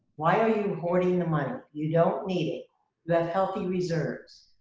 why are you hoarding the money? you don't need it. you have healthy reserves.